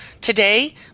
Today